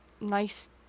nice